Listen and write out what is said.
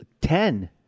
Ten